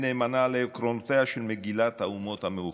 נאמנה לעקרונותיה של מגילת האומות המאוחדות".